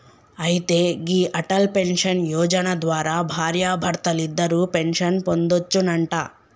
అయితే గీ అటల్ పెన్షన్ యోజన ద్వారా భార్యాభర్తలిద్దరూ పెన్షన్ పొందొచ్చునంట